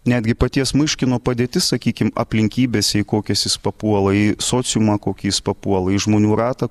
netgi paties myškino padėtis sakykim aplinkybės į kokias jis papuola į sociumą kokį jis papuola į žmonių ratą